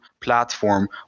platform